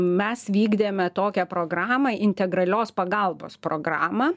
mes vykdėme tokią programą integralios pagalbos programą